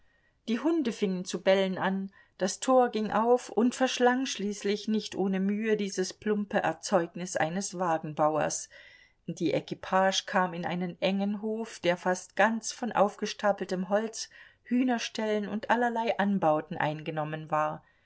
die hunde fingen zu bellen an das tor ging auf und verschlang schließlich nicht ohne mühe dieses plumpe erzeugnis eines wagenbauers die equipage kam in einen engen hof der fast ganz von aufgestapeltem holz hühnerställen und allerlei anbauten eingenommen war